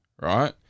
Right